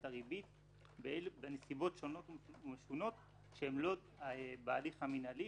הריבית בנסיבות שונות ומשונות שהן לא בהליך המינהלי,